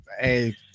hey